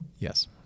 Yes